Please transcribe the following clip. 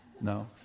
No